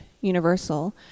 universal